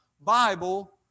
Bible